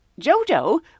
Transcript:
JoJo